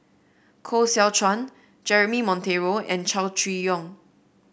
Koh Seow Chuan Jeremy Monteiro and Chow Chee Yong